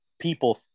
people